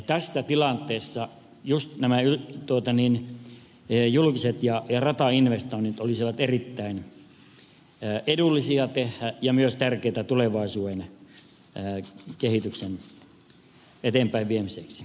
tässä tilanteessa juuri esimerkiksi nämä julkiset ratainvestoinnit olisivat erittäin edullisia tehdä ja myös tärkeitä tulevaisuuden kehityksen eteenpäinviemiseksi